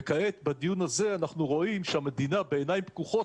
כעת בדיון הזה אנחנו רואים שהמדינה בעיניים פקוחות